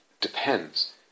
depends